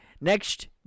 Next